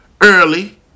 Early